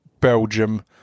Belgium